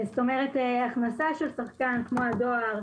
הכנסה של שחקן כמו הדואר,